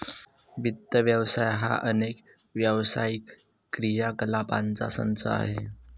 वित्त व्यवसाय हा अनेक व्यावसायिक क्रियाकलापांचा संच आहे